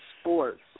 sports